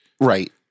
Right